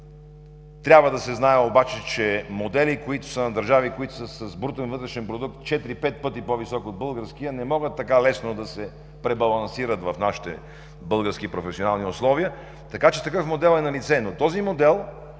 Трябва да се знае обаче, че модели, на държави, които са с брутен вътрешен продукт 4 – 5 пъти по-висок от българския, не могат така лесно да се пребалансират в нашите български професионални условия, така че такъв модел е налице. Но този модел,